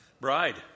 Bride